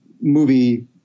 movie